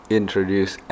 ...introduce